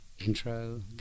intro